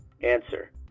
Answer